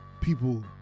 people